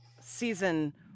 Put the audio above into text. season